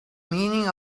meaning